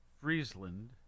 Friesland